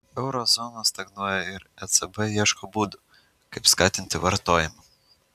euro zona stagnuoja ir ecb ieško būdų kaip skatinti vartojimą